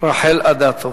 רחל אדטו.